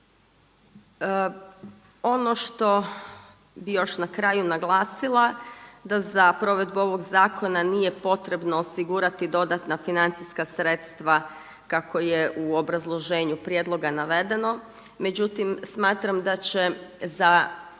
Ono što bih još na kraju naglasila da za provedbu ovog zakona nije potrebno osigurati dodatna financijska sredstva kako je u obrazloženju prijedloga navedeno. Međutim, smatram da će za